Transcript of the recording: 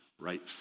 Right